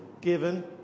given